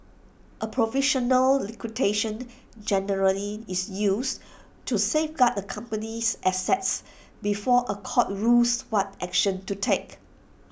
A provisional liquidation generally is used to safeguard the company's assets before A court rules what action to take